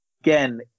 again